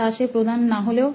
তা সে প্রধান না হলেও